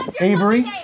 Avery